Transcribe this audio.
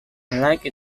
unlike